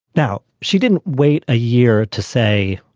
now, she didn't wait a year to say,